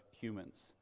humans